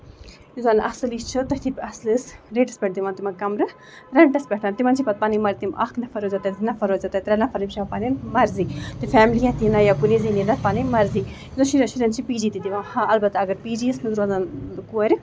یُس زَن اَصٕل یُس چھُ تٔتھۍ اَصٕلِس ریٹَس پٮ۪ٹھ دِوان تِمن کَمرٕ رینٹَس پٮ۪ٹھ تِمن چھِ پَتہٕ پَنٕنۍ مرضی تِم اکھ نَفر روزن تَتہِ زٕ نفر روزن ترٛےٚ نَفر روزَن تَتہِ ترٛےٚ نَفر یِم یہِ چھےٚ پَنٕنۍ مرضی تہٕ فیملی ہیٚتھ یہِ نہ یا کُنی زٔنۍ یہِ نہ پَنٕنۍ مرضی شُرین شُرین چھِ پی جی تہِ دِوان ہاں اَلبتہ اَگر پی جیَس منٛز روزن کورِ